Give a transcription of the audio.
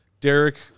Derek